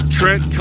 Trent